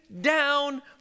down